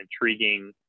intriguing